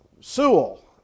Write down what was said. Sewell